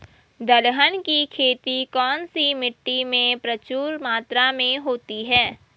दलहन की खेती कौन सी मिट्टी में प्रचुर मात्रा में होती है?